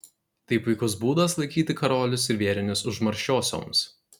tai puikus būdas laikyti karolius ir vėrinius užmaršiosioms